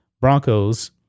Broncos